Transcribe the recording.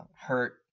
hurt